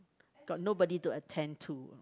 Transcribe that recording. got nobody to attend to